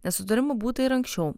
nesutarimų būta ir anksčiau